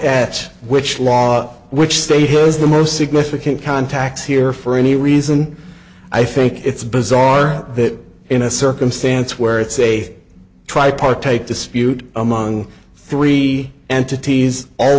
at which law which state has the most significant contacts here for any reason i think it's bizarre that in a circumstance where it's a tripartite dispute among three entities all